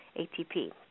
ATP